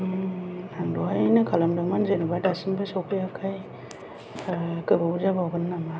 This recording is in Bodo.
आं दहायनो खालामदोंमोन जेनेबा दासिमबो सौफैयाखै गोबाव जाबावगोन नामा